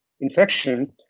infection